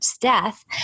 death